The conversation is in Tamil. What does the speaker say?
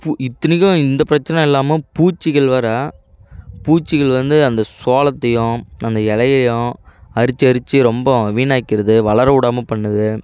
பூ இத்தனிக்கும் இந்த பிரச்சின இல்லாமல் பூச்சிகள் வேறு பூச்சிகள் வந்து அந்த சோளத்தையும் அந்த இலையையும் அரித்து அரித்து ரொம்ப வீணாக்கிடுது வளர விடாமல் பண்ணுது